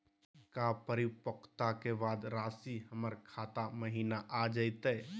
का परिपक्वता के बाद रासी हमर खाता महिना आ जइतई?